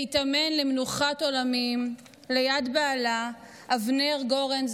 להיטמן למנוחת עולמים ליד בעלה אבנר גורן,